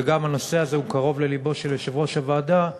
וגם הנושא הזה קרוב ללבו של יושב-ראש הוועדה,